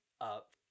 up